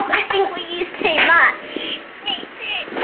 i. think we used too much me too.